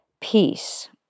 peace